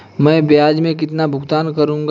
मैं ब्याज में कितना भुगतान करूंगा?